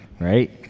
Right